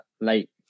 late